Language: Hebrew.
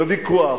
בוויכוח,